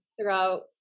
throughout